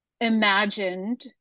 imagined